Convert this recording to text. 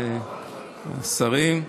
השרים,